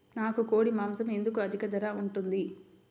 నాకు కోడి మాసం ఎందుకు అధిక ధర ఉంటుంది?